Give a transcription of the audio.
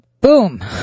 Boom